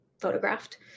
photographed